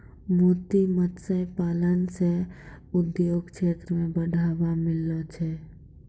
मोती मत्स्य पालन से उद्योग क्षेत्र मे बढ़ावा मिललो छै